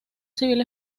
civil